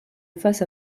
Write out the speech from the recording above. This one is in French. face